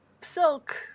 silk